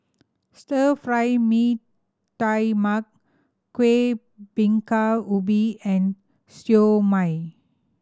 Stir Fry Mee Tai Mak Kuih Bingka Ubi and Siew Mai